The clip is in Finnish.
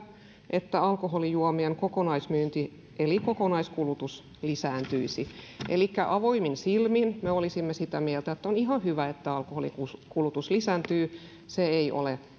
että alkoholijuomien kokonaismyynti eli kokonaiskulutus lisääntyisi elikkä avoimin silmin me olisimme sitä mieltä että on ihan hyvä että alkoholinkulutus lisääntyy se ei ole